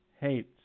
hates